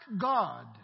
God